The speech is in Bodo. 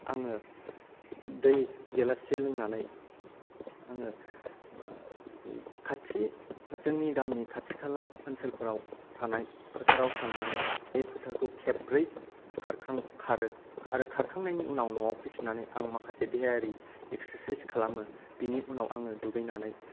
आङो दै गेलाससे लोंनानै आङो खाथि जोंनि गामिनि खाथि खाला ओनसोलफोराव थानाय फोथाराव थांनानै बे फोथारखौ खेबब्रै खारो आरो खारखांनायनि उनाव न'आव फैफिननानै आं माखासे देहायारि एक्सारसाइस खालामो बिनि उनाव आङो दुगैनानै